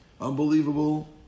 Unbelievable